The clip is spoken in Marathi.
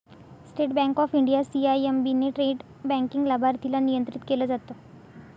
state Bank of India, CIMB ने इंट्रा बँक लाभार्थीला नियंत्रित केलं जात